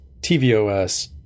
tvOS